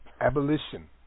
Abolition